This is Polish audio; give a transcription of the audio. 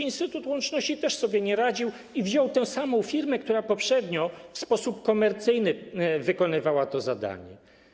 Instytut Łączności też sobie nie radził i wziął tę samą firmę, która poprzednio w sposób komercyjny wykonywała to zadanie.